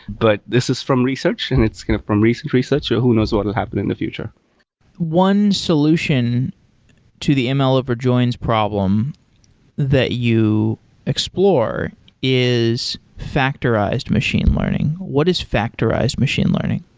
but this is from research and it's kind of from recent research. so who knows what will happen in the future one solution to the ml over joins problem that you explore is factorized machine learning. what is factorized machine learning?